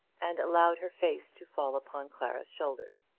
and allowed her face to fall upon clara's shoulder.